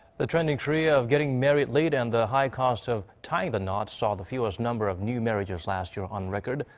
the trend in korea of getting married late. and the high cost of tying the not. saw the fewest number of new marriages last year on record.